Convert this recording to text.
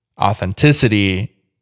authenticity